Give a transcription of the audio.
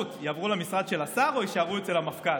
החשבות תעבור למשרד של השר או תישאר אצל המפכ"ל?